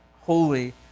holy